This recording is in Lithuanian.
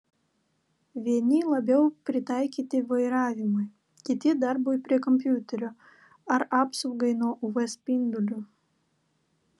vieni labiau pritaikyti vairavimui kiti darbui prie kompiuterio ar apsaugai nuo uv spindulių